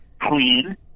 clean